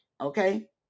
okay